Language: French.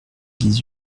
dix